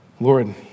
Lord